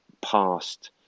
past